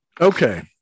okay